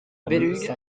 belugue